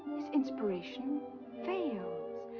his inspiration fails.